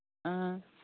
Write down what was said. ꯑꯥ